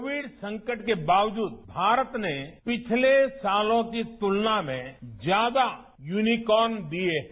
Covid संकट के बावजूद भारत ने पिछले सालों की तुलना में ज्यादा यूनीकोर्न दिए हैं